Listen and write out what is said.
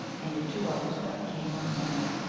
and of two others that became mermaids.